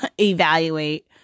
evaluate